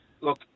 look